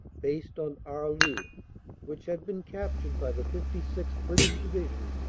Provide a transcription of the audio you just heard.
based on arleux, which had been captured by the fifty sixth. british division,